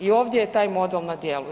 I ovdje je taj model na djelu.